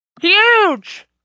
Huge